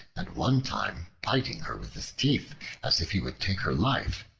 at one time biting her with his teeth as if he would take her life,